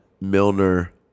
Milner